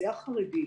האוכלוסייה החרדית